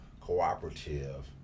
cooperative